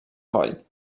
coll